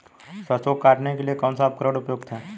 सरसों को काटने के लिये कौन सा उपकरण उपयुक्त है?